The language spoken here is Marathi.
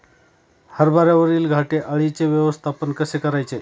हरभऱ्यावरील घाटे अळीचे व्यवस्थापन कसे करायचे?